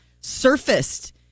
surfaced